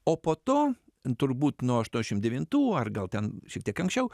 o po to turbūt nuo aštuoniasdešim devintų ar gal ten šiek tiek anksčiau